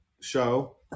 show